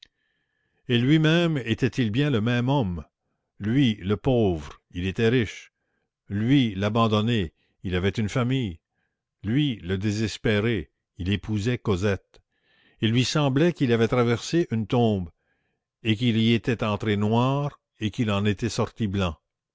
et lui-même était-il bien le même homme lui le pauvre il était riche lui l'abandonné il avait une famille lui le désespéré il épousait cosette il lui semblait qu'il avait traversé une tombe et qu'il y était entré noir et qu'il en était sorti blanc